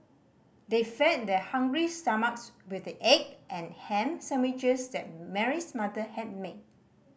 they fed their hungry stomachs with the egg and ham sandwiches that Mary's mother had made